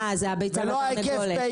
אה, זה הביצה והתרנגולת.